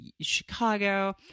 Chicago